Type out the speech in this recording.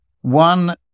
One